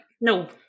No